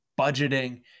budgeting